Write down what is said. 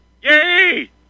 Yay